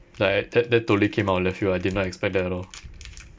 like I that totally came out of left field I did not expect that at all